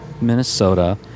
Minnesota